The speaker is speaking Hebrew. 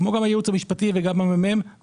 אלא כמו גם הייעוץ המשפטי וגם מרכז המחקר של